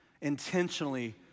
intentionally